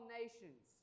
nations